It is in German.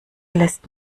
lässt